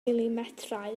milimetrau